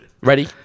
Ready